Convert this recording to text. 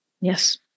Yes